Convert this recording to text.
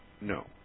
No